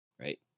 right